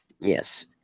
Yes